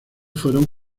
fueron